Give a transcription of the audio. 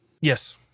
Yes